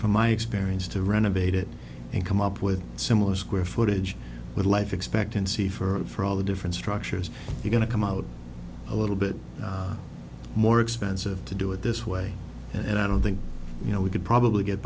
from my experience to run abated and come up with similar square footage with life expectancy for all the different structures we're going to come out a little bit more expensive to do it this way and i don't think you know we could probably get